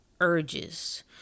urges